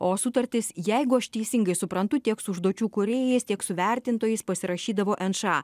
o sutartys jeigu aš teisingai suprantu tiek su užduočių kūrėjais tiek su vertintojais pasirašydavo nša